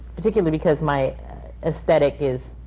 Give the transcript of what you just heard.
particularly because my aesthetic is,